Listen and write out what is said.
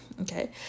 Okay